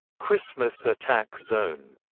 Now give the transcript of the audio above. christmas attack zone,